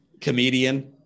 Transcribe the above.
comedian